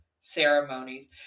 ceremonies